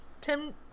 Tim